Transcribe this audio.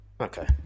Okay